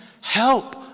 help